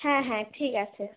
হ্যাঁ হ্যাঁ ঠিক আছে